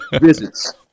visits